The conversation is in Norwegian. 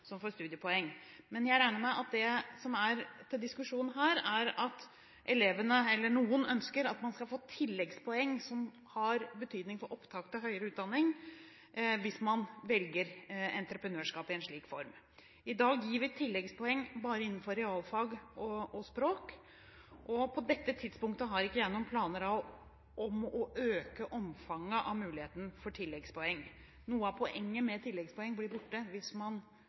studiepoeng. Men jeg regner med at det som er oppe til diskusjon her, er at noen ønsker at en skal få tilleggspoeng – som har betydning for opptak til høyere utdanning – hvis man velger entreprenørskap i en slik form. I dag gir vi tilleggspoeng bare innenfor realfag og språk, og på dette tidspunktet har ikke jeg noen planer om å øke omfanget av muligheten for tilleggspoeng. Noe av poenget med tilleggspoeng blir borte hvis man